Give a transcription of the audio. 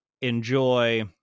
enjoy